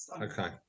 Okay